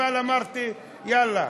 אבל אמרתי: יאללה,